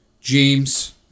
James